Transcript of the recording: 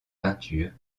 peintures